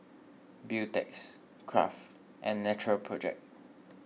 Beautex Kraft and Natural Project